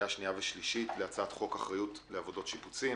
הצעת חוק אחריות לעבודות שיפוצים,